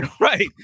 Right